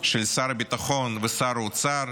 של שר הביטחון ושר אוצר,